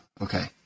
Okay